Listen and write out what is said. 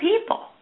people